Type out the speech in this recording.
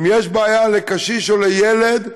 אם יש בעיה לקשיש או לילד,